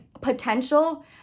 potential